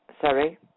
Sorry